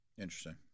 Interesting